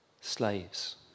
slaves